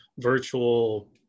virtual